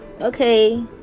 okay